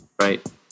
right